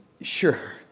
Sure